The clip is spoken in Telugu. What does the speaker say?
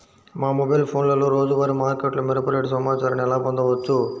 మా మొబైల్ ఫోన్లలో రోజువారీ మార్కెట్లో మిరప రేటు సమాచారాన్ని ఎలా పొందవచ్చు?